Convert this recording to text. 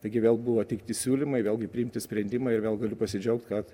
taigi vėl buvo teikti siūlymai vėlgi priimti sprendimai ir vėl galiu pasidžiaugt kad